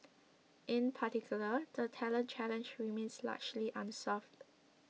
in particular the talent challenge remains largely unsolved